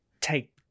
take